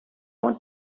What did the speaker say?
want